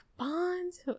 bonds